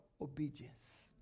obedience